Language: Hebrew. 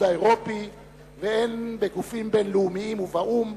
האירופי והן בגופים בין-לאומים ובאו"ם,